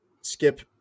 Skip